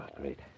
great